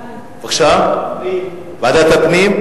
ועדת הפנים?